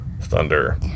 Thunder